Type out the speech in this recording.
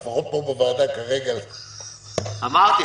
אמרתי,